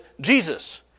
Jesus